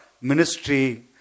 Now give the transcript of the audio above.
ministry